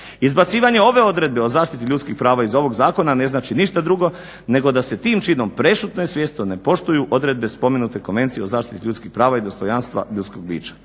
Izbacivanje ove odredbe o zaštiti ljudskih prava iz ovog zakona ne znači ništa drugo nego da se tim činom prešutno i svjesno ne poštuju odredbe spomenute Konvencije o zaštiti ljudskih prava i dostojanstva ljudskog bića.